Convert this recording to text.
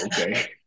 okay